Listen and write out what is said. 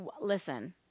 Listen